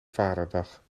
vaderdag